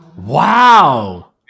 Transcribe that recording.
Wow